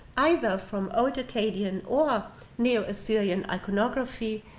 either from old akkadian or neo-assyrian iconography,